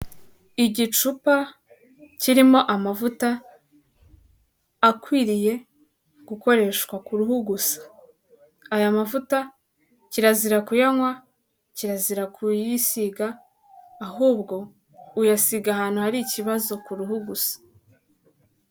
Igicupa kirimo amavuta akwiriye gukoreshwa ku ruhu gusa, aya mavuta kirazira kuyanywa, kirazira kuyisiga, ahubwo uyasiga ahantu hari ikibazo ku ruhu gusa.